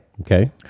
Okay